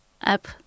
app